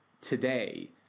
today